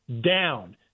down